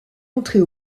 entrer